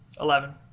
eleven